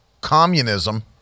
communism